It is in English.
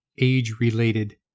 age-related